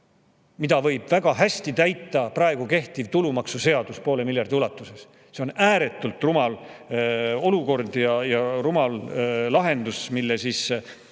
mida võib väga hästi täita praegu kehtiv tulumaksuseadus poole miljardi ulatuses. See on ääretult rumal olukord ja rumal lahendus, mille Reformierakond